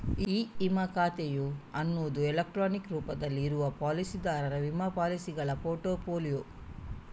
E ವಿಮಾ ಖಾತೆ ಅನ್ನುದು ಎಲೆಕ್ಟ್ರಾನಿಕ್ ರೂಪದಲ್ಲಿ ಇರುವ ಪಾಲಿಸಿದಾರರ ವಿಮಾ ಪಾಲಿಸಿಗಳ ಪೋರ್ಟ್ ಫೋಲಿಯೊ